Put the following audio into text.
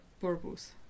purpose